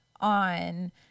on